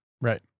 Right